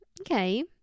okay